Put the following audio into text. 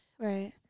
right